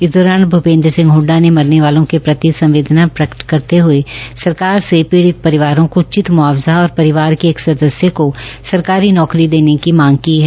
इस दौरान भूपेंद्र सिंह हड्डा ने मरने वालों के प्रति संवेदना प्रकट करते हए सरकार से पीड़ित परिवारों को उचित म्आवजा और परिवार के एक सदस्य को सरकारी नौकरी देने की मांग की है